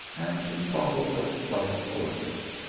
and bottles of spiced cor dials,